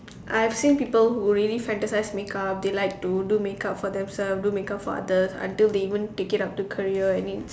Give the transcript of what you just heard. I think people who really fantasise make up they like to do make up for themselves do make up for others until they even take it up to career I mean